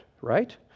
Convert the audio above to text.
right